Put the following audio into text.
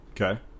Okay